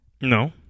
No